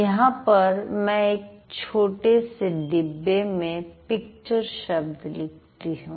यहां पर मैं एक छोटे से डिब्बे में पिक्चर शब्द लिखती हूं